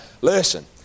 Listen